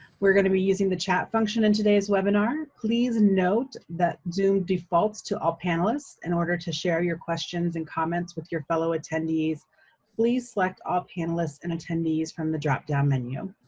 we're gonna be using the chat function in today's webinar. please note that zoom defaults to all panelists. in order to share your questions and comments with your fellow attendees please select all panelists and attendees from the dropdown menu.